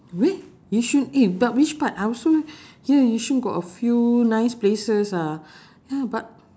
whi~ yishun eh but which part I also hear yishun got a few nice places ah ya but